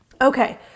Okay